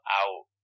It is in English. out